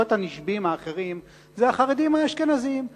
התינוקות הנשבים האחרים הם החרדים האשכנזים,